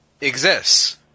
exists